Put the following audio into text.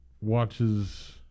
watches